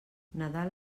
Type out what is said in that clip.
nadal